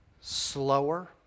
slower